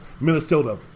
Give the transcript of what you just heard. Minnesota